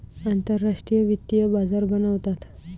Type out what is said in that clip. आंतरराष्ट्रीय वित्तीय बाजार बनवतात